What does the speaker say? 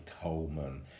Coleman